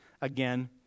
again